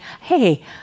hey